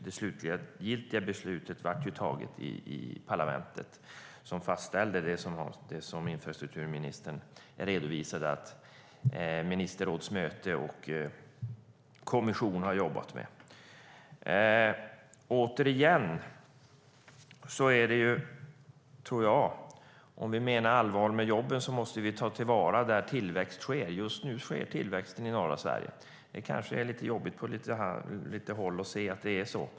Det slutgiltiga beslutet fattades ju i parlamentet som fastställde det som infrastrukturministern redovisade att ministerrådsmöte och kommission har jobbat med. Om vi menar allvar med jobben måste vi ta till vara de platser där tillväxt sker. Just nu sker tillväxten i norra Sverige. Det kanske är lite jobbigt på sina håll att se att det är så.